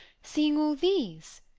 seeing all these?